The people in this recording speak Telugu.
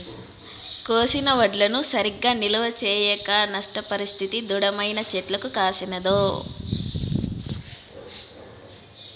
కోసిన వడ్లను సరిగా నిల్వ చేయక నష్టపరిస్తిది దుడ్డేమైనా చెట్లకు కాసినాదో